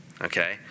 okay